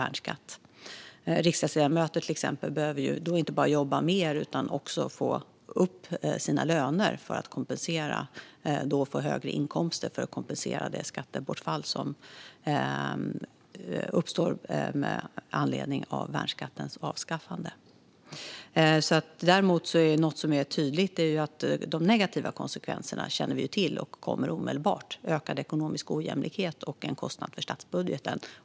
Riksdagsledamöter, till exempel, behöver ju då inte bara jobba mer utan också få upp sina inkomster för att kompensera det skattebortfall som uppstår med anledning av värnskattens avskaffande. Något som är tydligt och som vi känner till är däremot de negativa konsekvenserna, och de kommer omedelbart: ökad ekonomisk ojämlikhet och en kostnad för statsbudgeten.